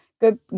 Good